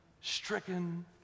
stricken